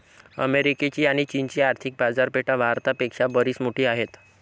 अमेरिकेची आणी चीनची आर्थिक बाजारपेठा भारत पेक्षा बरीच मोठी आहेत